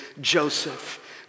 Joseph